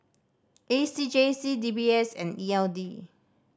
A C J C D B S and E L D